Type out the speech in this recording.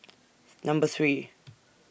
Number three